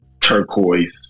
turquoise